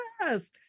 yes